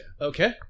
Okay